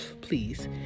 please